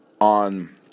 on